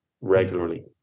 regularly